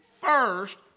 first